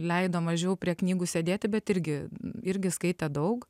leido mažiau prie knygų sėdėti bet irgi irgi skaitė daug